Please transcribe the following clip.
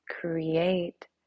create